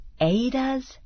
Ada's